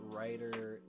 writer